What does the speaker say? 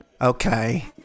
Okay